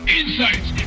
insights